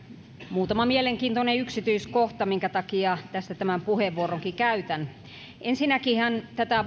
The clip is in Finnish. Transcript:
muutama mielenkiintoinen yksityiskohta minkä takia tästä tämän puheenvuoronkin käytän ensinnäkinhän tätä